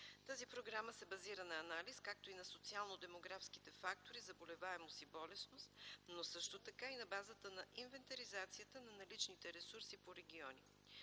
Тази програма се базира на анализ, както и на социално-демографските фактори – заболеваемост и болестност, но също така и на базата на инвентаризацията на наличните ресурси по региони.